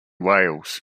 wales